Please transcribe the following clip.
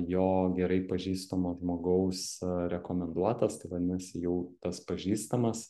jo gerai pažįstamo žmogaus rekomenduotas tai vadinasi jau tas pažįstamas